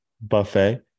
buffet